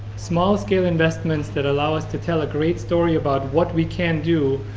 small scale investments that allow us to tell a great story about what we can do,